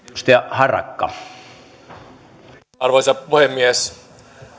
arvoisa puhemies